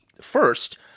first